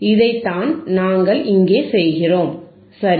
இதைத்தான் நாங்கள் இங்கே செய்கிறோம் சரி